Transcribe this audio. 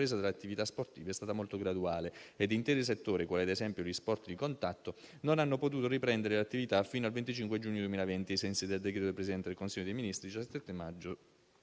la ripresa delle attività sportive è stata molto graduale ed interi settori, quali ad esempio gli sport di contatto, non hanno potuto riprendere l'attività fino al 25 giugno 2020, ai sensi del decreto del Presidente del Consiglio dei ministri del 17 maggio